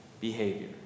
behavior